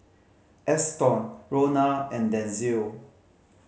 Eston Ronna and Denzil